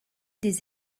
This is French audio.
des